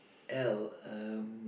L um